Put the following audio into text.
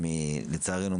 לצערנו,